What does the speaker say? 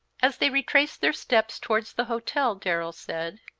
as they retraced their steps towards the hotel, darrell said,